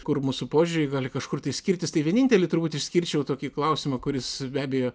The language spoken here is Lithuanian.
kur mūsų požiūriai gali kažkur tai skirtis tai vienintelį turbūt išskirčiau tokį klausimą kuris be abejo